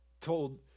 told